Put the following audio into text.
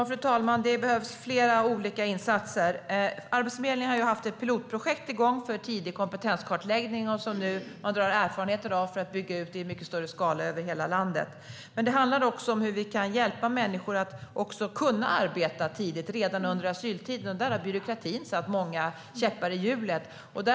Fru talman! Det behövs flera olika insatser. Arbetsförmedlingen har haft ett pilotprojekt igång för tidig kompetenskartläggning som man nu drar lärdom av för att bygga ut i en mycket större skala över hela landet. Det handlar också om hur vi kan hjälpa människor att kunna arbeta tidigt, redan under asyltiden. Där har byråkratin satt många käppar i hjulet.